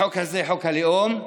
לחוק הזה, חוק הלאום,